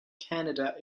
canada